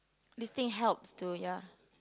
this thing helps to ya